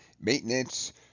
maintenance